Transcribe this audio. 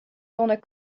tonic